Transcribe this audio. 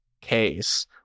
case